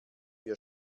wir